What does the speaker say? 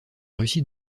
russie